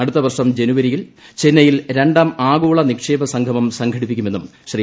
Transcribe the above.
അടുത്ത വർഷം ജനുവരിയിൽ ചെന്നൈയിൽ രണ്ടാം ആഗോള നിക്ഷേപ സംഗമം സംഘടിപ്പിക്കുമെന്നും ശ്രീ